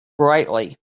brightly